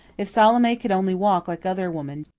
if salome could only walk like other women,